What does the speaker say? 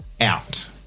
out